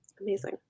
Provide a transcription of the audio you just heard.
Amazing